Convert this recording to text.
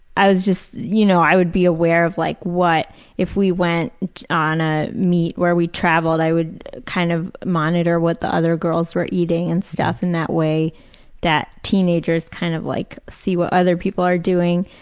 i was just, you know, i would be aware of like what if we went on a meet where we travelled, i would kind of monitor what the other girls were eating and stuff in that way that teenagers kind of like see what other people are doing.